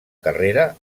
carrera